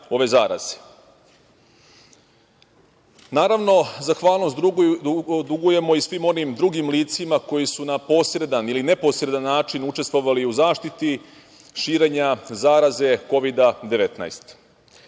ove zaraze. Naravno, zahvalnost dugujemo i svim onim drugim licima, koji su na posredan ili neposredan način učestvovali u zaštiti širenja zaraze Kovida